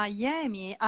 Miami